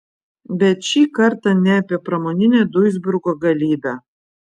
bet šį kartą ne apie pramoninę duisburgo galybę